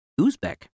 Uzbek